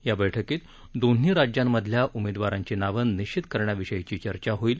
या बैठकीत दोन्ही राज्यांमधल्या उमेदवारांची नावं निश्चित करण्याविषयीची चर्चा होईल